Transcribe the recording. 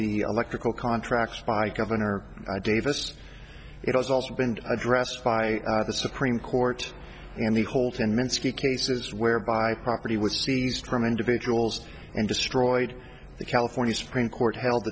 the electrical contracts by governor davis it has also been addressed by the supreme court and the whole thing meant ski cases where by property was seized from individuals and destroyed the california supreme court held